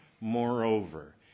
moreover